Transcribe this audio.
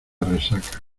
resaca